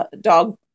dog